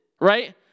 right